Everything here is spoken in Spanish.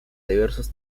diversos